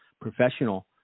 professional